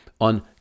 on